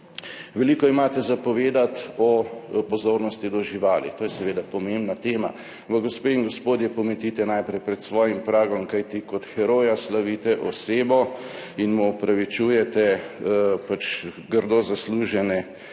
Veliko imate za povedati o pozornosti do živali. To je seveda pomembna tema, ampak gospe in gospodje, pometite najprej pred svojim pragom. Kajti, kot heroja slavite osebo in mu opravičujete pač grdo zaslužene kazni,